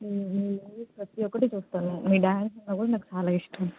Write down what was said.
మీ movies ప్రతి ఒక్కటీ చూస్తాను మీ డాన్స్ అన్నా కూడా నాకు చాలా ఇష్టం